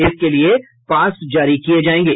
इसके लिये पास जारी किये जायेंगे